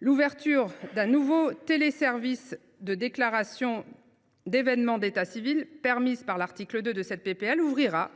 l’ouverture d’un nouveau téléservice de déclaration d’événement d’état civil, permise par l’article 2 de cette proposition de loi, donnera